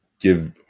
give